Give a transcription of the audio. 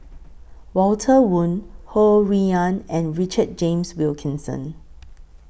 Walter Woon Ho Rui An and Richard James Wilkinson